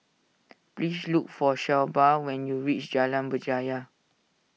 please look for Shelba when you reach Jalan Berjaya